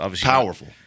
powerful